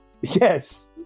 Yes